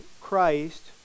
Christ